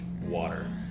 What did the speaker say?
water